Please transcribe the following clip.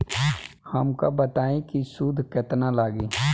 हमका बताई कि सूद केतना लागी?